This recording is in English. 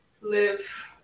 live